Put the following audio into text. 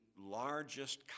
largest